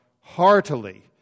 heartily